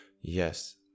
Yes